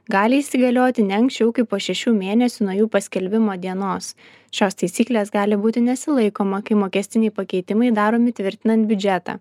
gali įsigalioti ne anksčiau kaip po šešių mėnesių nuo jų paskelbimo dienos šios taisyklės gali būti nesilaikoma kai mokestiniai pakeitimai daromi tvirtinant biudžetą